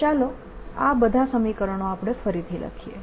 તો ચાલો આ બધા સમીકરણો ફરી લખીએ